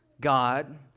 God